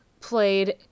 played –